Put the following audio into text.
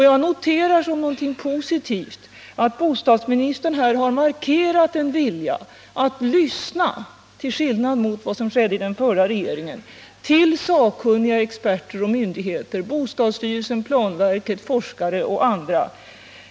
Jag noterar som någonting positivt att bostadsministern här har markerat en vilja att lyssna — till skillnad från vad som skedde i förra regeringen -— till sakkunniga experter och myndigheter: bostadsstyrelsen, planverket, forskare och andra.